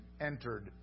entered